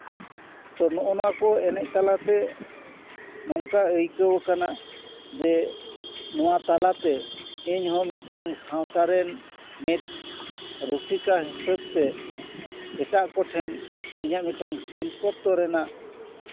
ᱛᱳ ᱱᱚᱜᱼᱚ ᱱᱟᱣᱟ ᱠᱚ ᱮᱱᱮᱡ ᱛᱟᱞᱟᱛᱮ ᱱᱚᱝᱠᱟ ᱟᱭᱠᱟᱹᱣ ᱟᱠᱟᱱᱟ ᱡᱮ ᱱᱚᱣᱟ ᱛᱟᱞᱟᱛᱮ ᱤᱧᱦᱚᱸ ᱢᱤᱫᱴᱟᱱ ᱥᱟᱶᱛᱟ ᱨᱮᱱ ᱢᱤᱫ ᱨᱩᱥᱤᱠᱟ ᱦᱤᱥᱟᱹᱵᱛᱮ ᱮᱴᱟᱜ ᱠᱚᱴᱷᱮᱱ ᱤᱧᱟᱹᱜ ᱢᱤᱫᱴᱟᱱ ᱥᱤᱞᱯᱚᱛᱛᱚ ᱨᱮᱱᱟᱜ